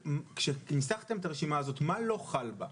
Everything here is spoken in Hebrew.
כאשר ניסחתם את הרשימה הזאת, מה לא חל בה?